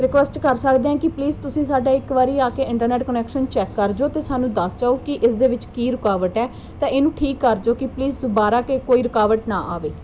request ਕਰ ਸਕਦੇ ਹਾਂ ਕਿ ਪਲੀਜ਼ ਤੁਸੀਂ ਸਾਡਾ ਇੱਕ ਵਾਰੀ ਆ ਕੇ ਇੰਟਰਨੈਟ ਕਨੈਕਸ਼ਨ ਚੈੱਕ ਕਰ ਜਾਓ ਅਤੇ ਸਾਨੂੰ ਦੱਸ ਜਾਓ ਕਿ ਇਸ ਦੇ ਵਿੱਚ ਕੀ ਰੁਕਾਵਟ ਹੈ ਤਾਂ ਇਹਨੂੰ ਠੀਕ ਕਰ ਜਾਓ ਕਿ ਪਲੀਜ਼ ਦੁਬਾਰਾ ਕਿ ਕੋਈ ਰੁਕਾਵਟ ਨਾ ਆਵੇ